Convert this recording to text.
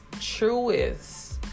truest